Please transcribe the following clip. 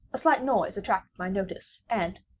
a slight noise attracted my notice, and,